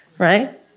right